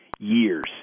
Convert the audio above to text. years